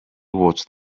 watched